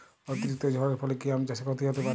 অতিরিক্ত ঝড়ের ফলে কি আম চাষে ক্ষতি হতে পারে?